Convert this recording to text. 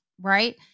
right